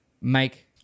make